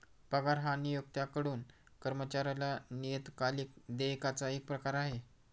पगार हा नियोक्त्याकडून कर्मचाऱ्याला नियतकालिक देयकाचा एक प्रकार आहे